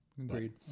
agreed